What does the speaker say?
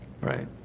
Right